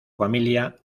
familia